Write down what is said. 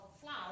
flour